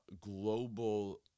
global